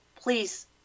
please